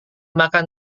makan